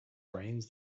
brains